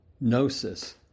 gnosis